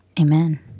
Amen